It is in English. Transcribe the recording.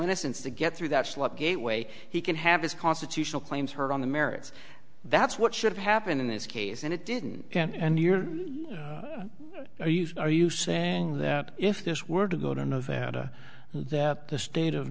innocence to get through that slot gateway he can have his constitutional claims heard on the merits that's what should happen in this case and it didn't and you're are you are you saying that if this were to go to nevada that the state of